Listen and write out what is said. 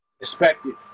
Expected